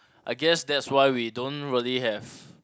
I guess that's why we don't really have